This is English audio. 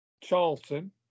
Charlton